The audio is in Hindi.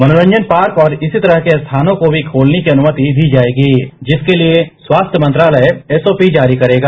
मनोरंजन पार्क और इसी तरह के स्थानों को भी खोलने की अनुमति दी जाएगी जिसके लिए स्वास्थ्य मंत्रालय एसओपी जारी करेगा